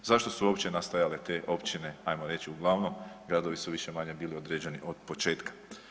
Zašto su opće nastajale te općine, ajmo reći uglavnom gradovi su više-manje bili određeni od početka.